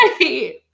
right